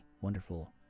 wonderful